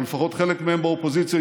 או לפחות חלק מהם באופוזיציה,